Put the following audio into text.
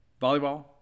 volleyball